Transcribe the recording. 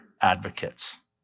advocates